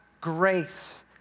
grace